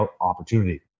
opportunity